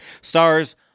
stars